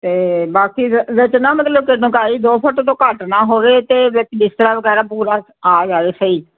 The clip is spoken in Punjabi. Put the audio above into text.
ਤੇ ਬਾਕੀ ਮਤਲਬ ਕਿ ਦੋ ਫੁੱਟ ਤੋਂ ਘੱਟ ਨਾ ਹੋਵੇ ਤੇ ਵਿੱਚ ਬਿਸਤਰਾ ਵਗੈਰਾ ਪੂਰਾ ਆ ਜਾਵੇ ਸਹੀ